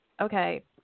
Okay